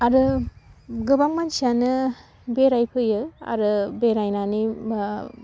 आरो गोबां मानसियानो बेरायफैयो आरो बेरायनानै